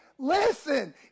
Listen